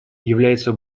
является